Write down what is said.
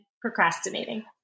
procrastinating